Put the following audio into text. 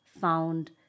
found